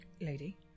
lady